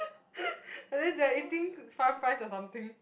I think they are eating farm rice or something